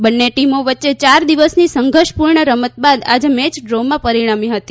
બન્ને ટિમો વચ્ચે ચાર દિવસનીસંઘર્ષ પૂર્ણ રમત બાદ આજે મેચ ડ્રોમાં પરિણમી હતી